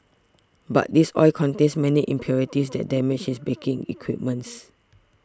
but this oil contains many impurities that damage his baking equipments